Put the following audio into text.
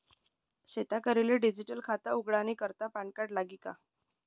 शेतकरीले डिजीटल खातं उघाडानी करता पॅनकार्ड लागी का?